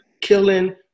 killing